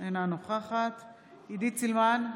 אינה נוכחת עידית סילמן,